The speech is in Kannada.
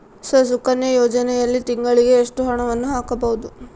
ಸರ್ ಸುಕನ್ಯಾ ಯೋಜನೆಯಲ್ಲಿ ತಿಂಗಳಿಗೆ ಎಷ್ಟು ಹಣವನ್ನು ಹಾಕಬಹುದು?